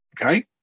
Okay